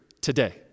today